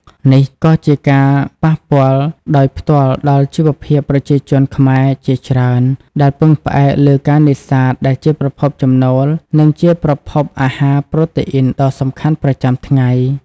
នេះក៏ជាការប៉ះពាល់ដោយផ្ទាល់ដល់ជីវភាពប្រជាជនខ្មែរជាច្រើន ដែលពឹងផ្អែកលើការនេសាទដែលជាប្រភពចំណូល និងជាប្រភពអាហារប្រូតេអ៊ីនដ៏សំខាន់ប្រចាំថ្ងៃ។